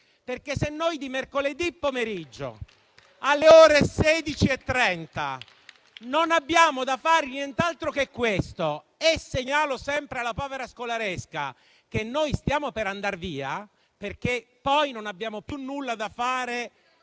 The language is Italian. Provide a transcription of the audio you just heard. Se noi, di mercoledì pomeriggio alle 16,30, non abbiamo da fare nient'altro che questo e - lo segnalo sempre alla povera scolaresca - stiamo per andar via, perché poi non abbiamo più nulla da fare